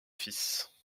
fils